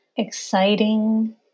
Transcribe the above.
exciting